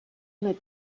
let